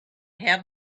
have